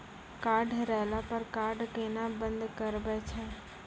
Card हेरैला पर card केना बंद करबै छै?